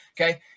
okay